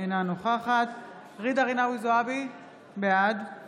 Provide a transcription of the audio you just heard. אינה נוכחת ג'ידא רינאוי זועבי, בעד